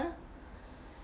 ah